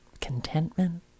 contentment